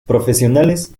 profesionales